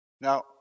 Now